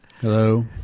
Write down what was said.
Hello